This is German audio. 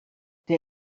der